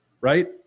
Right